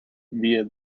via